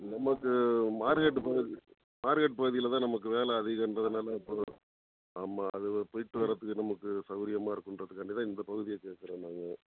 நமக்கு மார்கெட்டு பக்கத் மார்கெட்டு பகுதியில் தான் நமக்கு வேலை அதிகன்றதுனால இப்போது ஆமாம் அதுவ போய்ட்டு வர்றத்துக்கு நமக்கு சவுரியமாக இருக்கின்றத்துக்காண்டி தான் இந்த பகுதிய கேட்குறோம் நாங்கள்